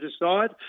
decide